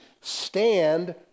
stand